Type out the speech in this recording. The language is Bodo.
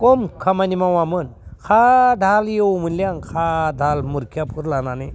खम खामानि मावामोन साद हाल एवोमोनलै आं साद हाल मुरखियाफोर लानानै